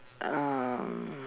um